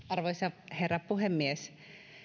arvoisa herra puhemies